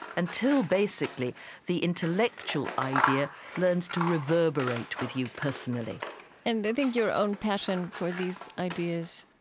until basically the intellectual idea learns to reverberate with you personally and i think your own passion for these ideas,